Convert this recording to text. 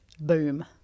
boom